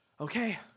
Okay